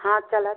हँ चलब